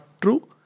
true